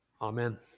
Amen